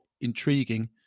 intriguing